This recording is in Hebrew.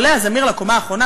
עולה הזמיר לקומה האחרונה,